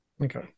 Okay